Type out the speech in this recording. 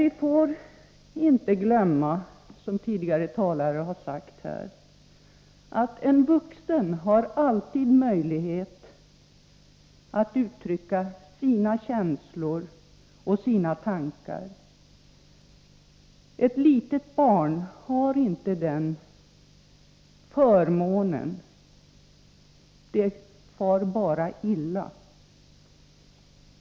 Vi får emellertid inte glömma, som tidigare talare har påpekat, att en vuxen alltid har möjlighet att uttrycka sina känslor och sina tankar. Ett litet barn har inte den förmånen, det far bara illa.